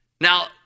Now